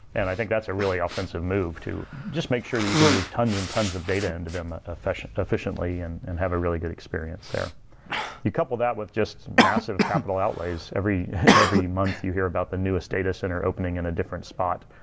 and i think that's a really offensive move to just make sure that you can move tons and tons of data into them efficiently efficiently and and have a really good experience there you couple that with just massive capital outlays every every month you hear about the newest data center opening in a different spot.